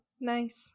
nice